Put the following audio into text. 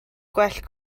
gwell